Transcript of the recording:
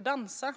Det handlar om